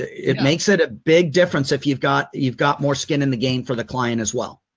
it makes it a big difference if you've got you've got more skin in the game for the client as well.